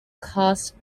cause